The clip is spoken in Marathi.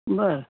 बरं